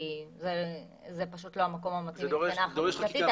כי זה פשוט לא המקום המתאים מבחינה חקיקתית.